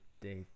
day